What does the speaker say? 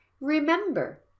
Remember